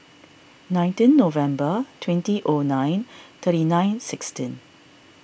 nineteen November twenty O nine thirty nine sixteen